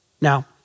Now